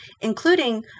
including